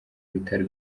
bitaro